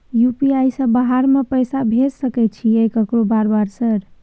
UPI से बाहर में पैसा भेज सकय छीयै केकरो बार बार सर?